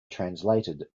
translated